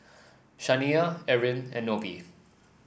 Shaniya Erin and Nobie